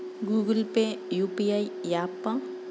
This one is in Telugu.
గూగుల్ పే యూ.పీ.ఐ య్యాపా?